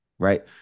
Right